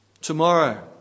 Tomorrow